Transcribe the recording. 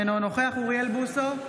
אינו נוכח אוריאל בוסו,